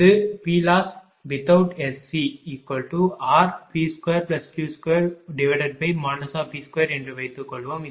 இது PLosswithout SCrP2Q2V2 என்று வைத்துக்கொள்வோம்